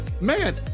Man